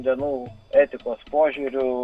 dienų etikos požiūriu